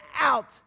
out